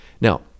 now